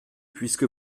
puisque